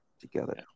Together